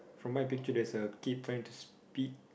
from my picture there's a kid trying to spit